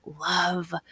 love